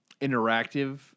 interactive